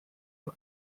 ole